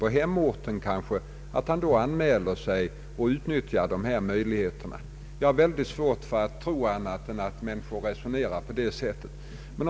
Då kan han anmäla sig och utnyttja de möjligheter som finns att få hjälp att flytta tillbaka. Jag har mycket svårt för att tro annat än att människor resonerar på det sättet och ser till att de själva skaffar sig erforderlig information.